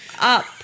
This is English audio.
up